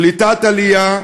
קליטת עלייה,